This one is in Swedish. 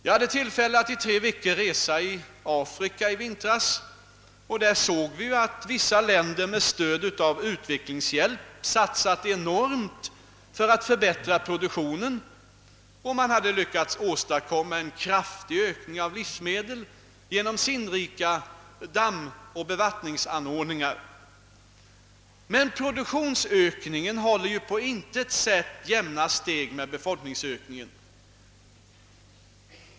Jag hade tillfälle att under tre veckor i vintras företa en resa i Afrika, och där såg jag att vissa länder med stöd av utvecklingshjälp satsat enormt för att förbättra produktionen. Genom uppförande av sinnrika dammar och bevattningsanordningar hade man lyckats åstadkomma en kraftig ökning av livsmedelsproduktionen, men produktionsökningen håller på intet sätt jämna steg med befolkningsökningen,.